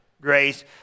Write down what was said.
grace